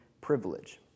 privilege